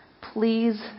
Please